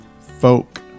folk